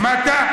שמעת?